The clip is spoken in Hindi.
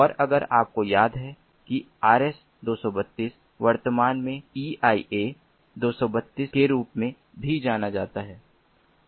और अगर आपको याद है कि आर एस 232 वर्तमान में इसे ई आई ए 232 के रूप में भी जाना जाता है